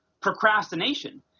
procrastination